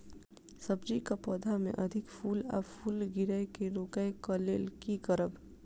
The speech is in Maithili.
सब्जी कऽ पौधा मे अधिक फूल आ फूल गिरय केँ रोकय कऽ लेल की करब?